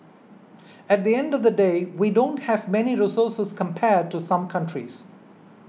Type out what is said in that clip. at the end of the day we don't have many resources compared to some countries